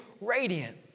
radiant